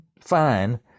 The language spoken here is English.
fine